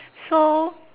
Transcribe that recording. so